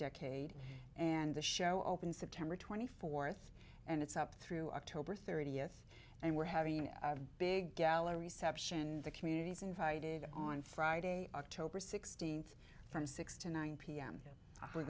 decade and the show opens september twenty fourth and it's up through october thirtieth and we're having a big gala reception in the communities invited on friday october sixteenth from six to nine pm we're